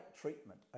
treatment